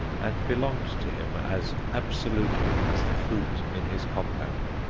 and belonged to him as absolutely as the fruit in his compound.